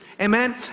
Amen